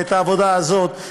ואת העבודה הזאת,